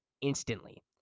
instantly